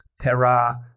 Terra